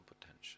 potential